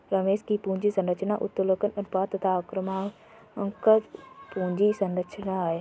रमेश की पूंजी संरचना उत्तोलन अनुपात तथा आक्रामक पूंजी संरचना है